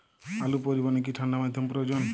আলু পরিবহনে কি ঠাণ্ডা মাধ্যম প্রয়োজন?